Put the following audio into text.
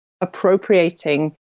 appropriating